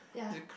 yeah